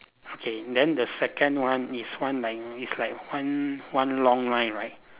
okay then the second one is one like is like one one long line right